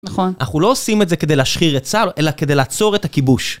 נכון. אנחנו לא עושים את זה כדי להשחיר את צה"ל, אלא כדי לעצור את הכיבוש.